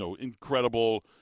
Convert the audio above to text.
incredible